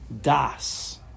das